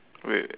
wait